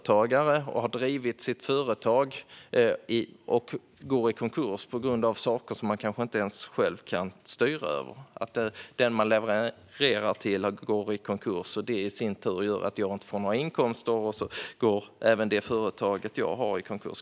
Säg att jag är en företagare som går i konkurs på grund av saker som jag kanske inte själv kan styra över. Kanske den jag levererar till går i konkurs, vilket i sin tur gör att jag inte får några inkomster, och så går även mitt företag i konkurs.